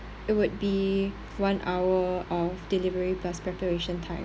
it would be one hour of delivery plus preparation time